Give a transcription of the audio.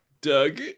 Doug